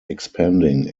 expanding